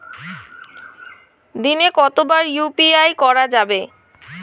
দিনে কতবার ইউ.পি.আই করা যাবে?